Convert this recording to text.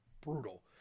brutal